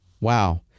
Wow